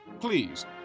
please